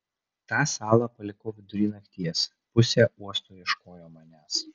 tą salą palikau vidury nakties pusė uosto ieškojo manęs